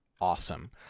awesome